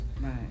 Right